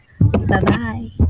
Bye-bye